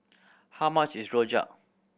how much is rojak